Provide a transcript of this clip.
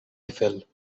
eiffel